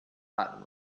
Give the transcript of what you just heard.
platinum